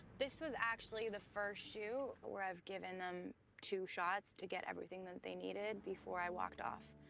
this was actually the first shoot where i've given them two shots to get everything that they needed before i walked off,